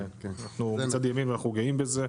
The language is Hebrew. כן, אנחנו מצד ימין ואנחנו גאים בזה.